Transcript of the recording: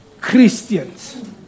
Christians